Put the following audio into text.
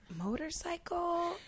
motorcycle